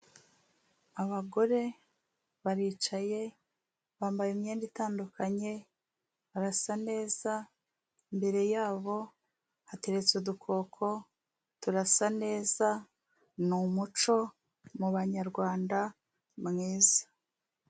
Abagore baricaye bambaye imyenda itandukanye, barasa neza, imbere yabo hateretse udukoko turasa neza, ni umuco mu banyarwanda mwiza.